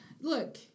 Look